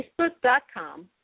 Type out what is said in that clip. facebook.com